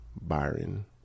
Byron